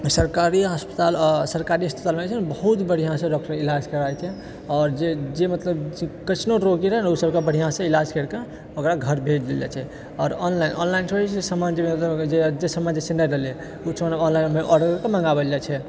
सरकारी हस्पताल सरकारी अस्पतालमे जे छै ने बहुत बढ़िआँसँ डॉक्टर इलाज कराए के आओर जे जे मतलब कइसनो रोगी रहै ने ओ सबकेँ मतलब बढ़िआँसँ इलाज करि कऽ ओकरा घर भेज देल जाइत छै आओर ऑनलाइन ऑनलाइन थोड़ी छै जे समान जेकर जेकर जेकरा जे समयके समान देलियै ओ समान ऑनलाइन आर्डर करिके मंगाओल जाइत छैक